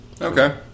Okay